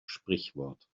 sprichwort